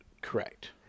Correct